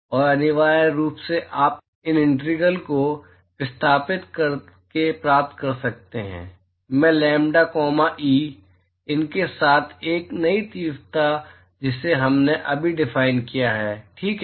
और अनिवार्य रूप से आप इन इंटीग्रल को प्रतिस्थापित करके प्राप्त कर सकते हैं मैं लैम्ब्डा कॉमा ई इनके साथ एक नई तीव्रता जिसे हमने अभी डिफाइन किया है ठीक है